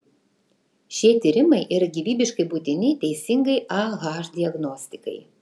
šie tyrimai yra gyvybiškai būtini teisingai ah diagnostikai